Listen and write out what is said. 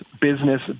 business